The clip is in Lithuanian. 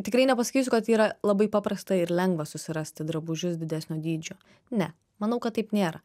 tikrai nepasakysiu kad tai yra labai paprasta ir lengva susirasti drabužius didesnio dydžio ne manau kad taip nėra